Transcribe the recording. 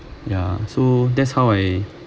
ya so that's how I